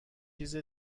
چیز